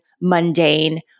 mundane